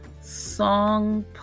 song